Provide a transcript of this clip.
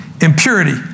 impurity